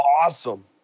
awesome